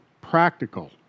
Practical